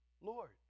Lord